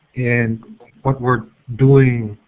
and what we're doing,